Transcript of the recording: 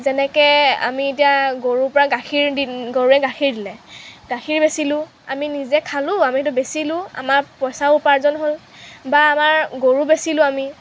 যেনেকৈ আমি এতিয়া গৰুৰ পৰা গাখীৰ দি গৰুৱে গাখীৰ দিলে গাখীৰ বেচিলোঁ আমি নিজে খালোঁ আমিতো বেচিলোঁ আমাৰ পইচাও উপাৰ্জন হ'ল বা আমাৰ গৰু বেচিলোঁ আমি